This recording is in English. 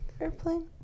airplane